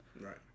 Right